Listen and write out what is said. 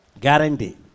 Guarantee